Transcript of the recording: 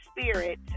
spirit